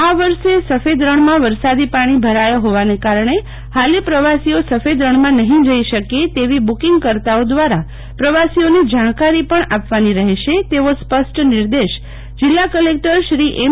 આ વર્ષે સફેદ રણમાં વરસાદી પાણી ભરાયાં હોવાને કારણે ફાલે પ્રવાસીઓ સફેદરણમાં નહીં જઇ શકે તેવી બુકીંગકર્તાઓ દ્વારા પ્રવાસીઓને જાણકારી પણ આપવાની રફેશે તેવો સ્પષ્ટ નિર્દેશ જિલ્લા કલેકટરશ્રી એમ